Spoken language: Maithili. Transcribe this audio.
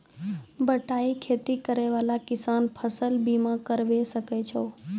बटाई खेती करै वाला किसान फ़सल बीमा करबै सकै छौ?